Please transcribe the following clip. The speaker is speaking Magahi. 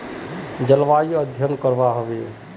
जलवायु अध्यन करवा होबे बे?